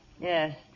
Yes